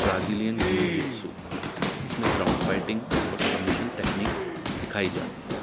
Brazilian jiu jitsu اس میں ground fighting اور سبمیشن ٹیکنیکس سکھائی جاتی ہیں